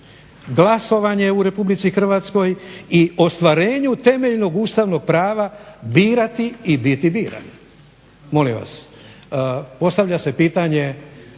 glasovanje u Republici Hrvatskoj i ostvarenju temeljnog ustavnog prava birati i biti biran.